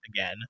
again